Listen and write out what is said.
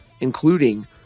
including